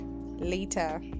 later